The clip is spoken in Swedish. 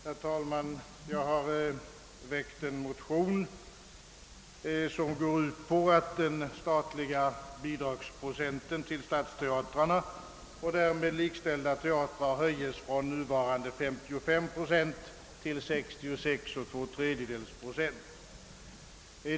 Herr talman! Jag har väckt en motion, som går ut på att den statliga bidragsprocenten till stadsteatrarna och därmed likställda teatrar höjs från nuvarande 55 procent till 66 ?/3 procent.